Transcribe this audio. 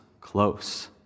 close